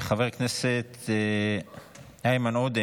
חבר הכנסת איימן עודה,